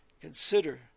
consider